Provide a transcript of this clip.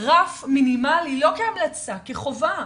רף מינימלי לא כהמלצה, כחובה,